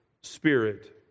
Spirit